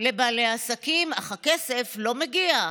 לבעלי עסקים, אך הכסף לא מגיע,